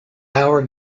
hour